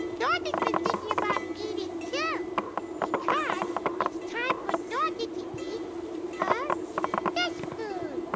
dorothy's been thinking about eating too because it's time for dorothy to eat her fish food.